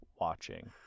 watching